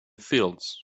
fields